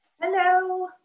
Hello